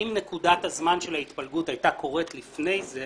אם נקודת הזמן של ההתפלגות הייתה קוראת לפני זה,